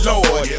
Lord